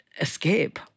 escape